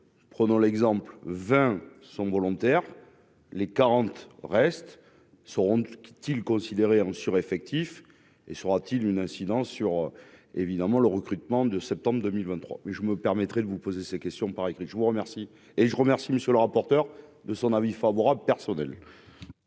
prenons l'exemple vingt sont volontaires, les quarante reste seront qui-t-il considéré en sur, effectif et sera-t-il une incidence sur évidemment le recrutement de septembre 2023, mais je me permettrai de vous poser ces questions par écrit, je vous remercie et je remercie monsieur le rapporteur de son avis favorable personnel.